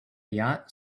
yacht